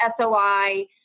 SOI